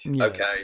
Okay